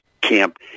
camp